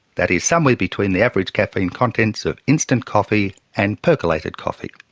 that is somewhere between the average caffeine contents of instant coffee and percolated coffee.